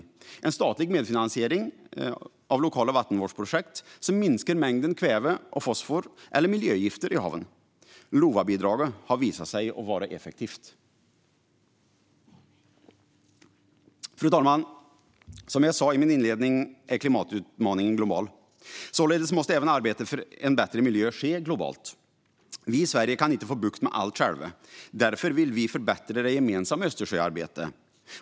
Det är en statlig medfinansiering av lokala vattenvårdsprojekt som minskar mängden kväve och fosfor eller miljögifter i haven. LOVA-bidraget har visat sig vara effektivt. Fru talman! Som jag sa i min inledning är klimatutmaningen global. Således måste även arbetet för en bättre miljö ske globalt. Vi i Sverige kan inte få bukt med allt själva. Därför vill vi förbättra det gemensamma Östersjöarbetet.